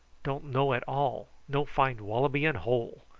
don't know at all. no find wallaby in hole.